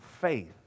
faith